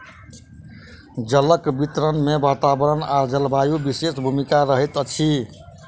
जलक वितरण मे वातावरण आ जलवायुक विशेष भूमिका रहैत अछि